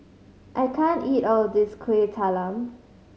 I can't eat all of this Kuih Talam